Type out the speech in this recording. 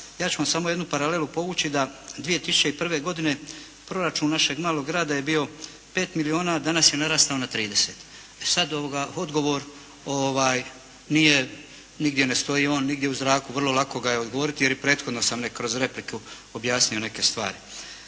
ja ću vam samo jednu paralelu povući da 2001. godine proračun našeg malog grada je bio 5 milijuna, a danas je narastao na 30. E sad odgovor nigdje ne stoji. On nigdje u zraku. Vrlo lako ga je odgovoriti, jer i prethodno sam kroz repliku objasnio neke stvari.